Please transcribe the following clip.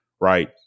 Right